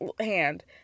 hand